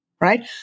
Right